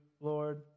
Lord